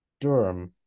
Durham